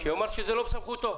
שיאמר שזה לא בסמכותו.